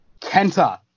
Kenta